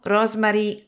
Rosemary